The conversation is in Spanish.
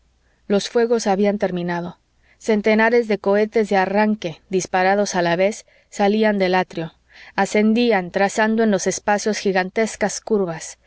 los fuegos habían terminado centenares de cohetes de arranque disparados a la vez salían del atrio ascendían trazando en los espacios gigantescas curvas